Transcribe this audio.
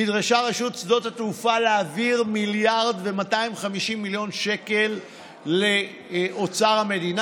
נדרשה רשות שדות התעופה להעביר 1.25 מיליארד שקל לאוצר המדינה.